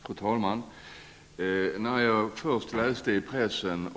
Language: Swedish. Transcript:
Fru talman! Jag skall först tacka för svaret.